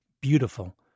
beautiful